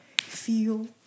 feel